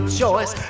choice